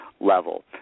level